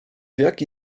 jaki